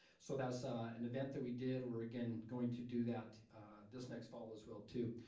so that was ah an event that we did. we're again going to do that this next fall as well too.